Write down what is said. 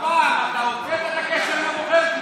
הפעם אתה הוצאת את הקשר עם הבוחר?